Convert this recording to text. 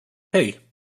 hey